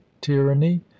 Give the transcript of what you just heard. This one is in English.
tyranny